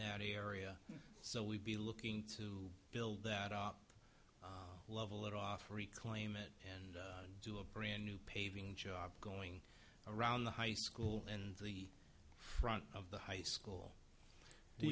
that area so we'd be looking to build that up level it off reclaim it and do a brand new paving job going around the high school and the front of the high school do